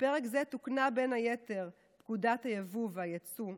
בפרק זה תוקנה בין היתר פקודת היבוא והיצוא ,